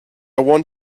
want